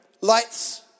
Lights